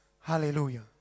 Hallelujah